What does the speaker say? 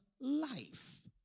life